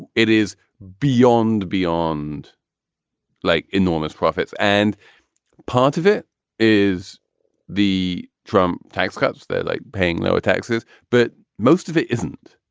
it it is beyond beyond like enormous profits. and part of it is the trump tax cuts. they like paying lower taxes, but most of it isn't.